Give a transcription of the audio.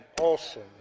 awesome